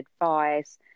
advice